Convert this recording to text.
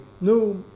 no